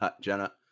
Jenna